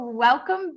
Welcome